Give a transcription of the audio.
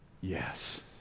Yes